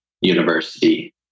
university